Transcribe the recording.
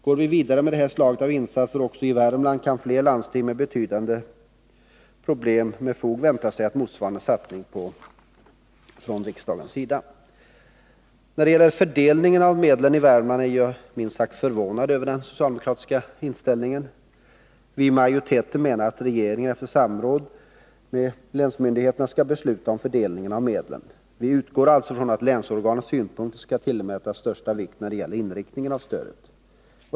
Går vi vidare med det här slaget av insatser också i Värmland kan fler landsting som har betydande problem med fog vänta sig en motsvarande satsning från riksdagens sida. När det gäller fördelningen av medlen i Värmland är jag minst sagt förvånad över den socialdemokratiska inställningen. Vi i majoriteten menar att regeringen efter samråd med länsmyndigheterna skall besluta om fördelningen av medlen. Vi utgår alltså från att länsorganens synpunkter skall tillmätas största vikt när det gäller inriktningen av stödet.